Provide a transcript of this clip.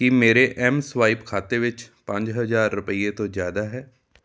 ਕੀ ਮੇਰੇ M swipe ਖਾਤੇ ਵਿੱਚ ਪੰਜ ਹਜ਼ਾਰ ਰੁਪਈਏ ਤੋਂ ਜ਼ਿਆਦਾ ਹੈ